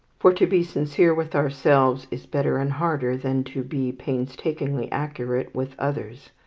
for to be sincere with ourselves is better and harder than to be painstakingly accurate with others.